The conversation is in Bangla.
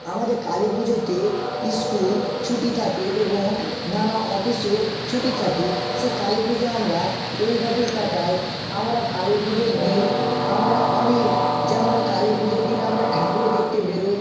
আমাদের কালী পুজোতে স্কুল ছুটি থাকে এবং নানা অফিসও ছুটি থাকে সে কালী পুজো আমরা এইভাবেই কাটাই আমরা কালী পুজোর দিন আমরা অনেক যেমন কালী পুজোর দিন আমরা ঠাকুর দেখতে বেরোই